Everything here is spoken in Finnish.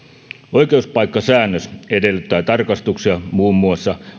oikeuspaikkasäännös edellyttää tarkistuksia muun muassa